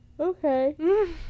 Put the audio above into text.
okay